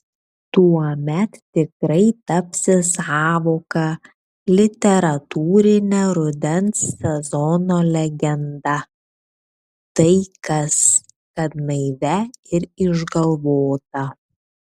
tuomet tikrai tapsi sąvoka literatūrine rudens sezono legenda tai kas kad naivia ir išgalvota